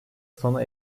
sona